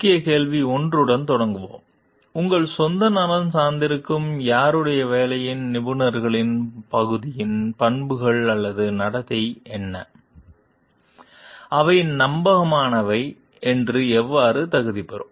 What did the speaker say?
முக்கிய கேள்வி 1 உடன் தொடங்குவோம் உங்கள் சொந்த நலன் சார்ந்திருக்கும் யாருடைய வேலையில் நிபுணர்களின் பகுதியின் பண்புகள் அல்லது நடத்தை என்ன அவை நம்பகமானவை என்று எவ்வாறு தகுதி பெறும்